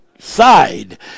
side